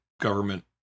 government